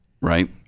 Right